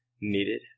needed